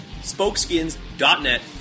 spokeskins.net